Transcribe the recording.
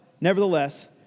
nevertheless